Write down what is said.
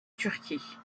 turquie